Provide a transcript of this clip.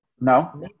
No